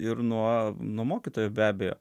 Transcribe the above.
ir nuo nuo mokytojo be abejo